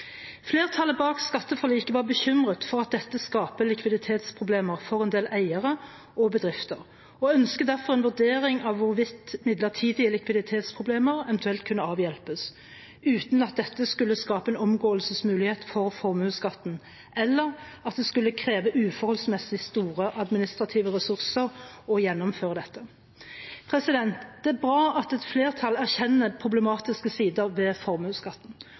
Flertallet bak skatteforliket var bekymret for at dette skaper likviditetsproblemer for en del eiere og bedrifter, og ønsket derfor en vurdering av hvordan midlertidige likviditetsproblemer eventuelt kunne avhjelpes, uten at dette skulle skape en omgåelsesmulighet for formuesskatten, eller at det skulle kreve uforholdsmessig store administrative ressurser å gjennomføre dette. Det er bra at et flertall erkjenner problematiske sider ved formuesskatten.